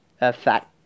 effect